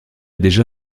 déjà